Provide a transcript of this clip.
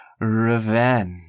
Revenge